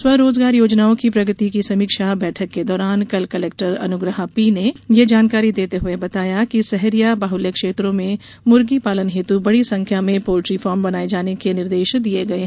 स्वरोजगार योजनाओं की प्रगति की समीक्षा बैठक के दौरान कल कलेक्टर अनुग्रहा पी ने ये जानकारी देते हुए बताया कि सहरिया बाहुल्य क्षेत्रों में मुर्गी पालन हेतु बड़ी संख्या में पोल्ट्री फॉर्म बनाये जाने के निर्देश दिये गये हैं